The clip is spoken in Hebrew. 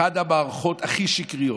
אחת המערכות הכי שקריות,